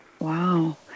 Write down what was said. Wow